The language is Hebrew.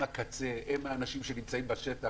הם הקצה, הם האנשים שנמצאים בשטח.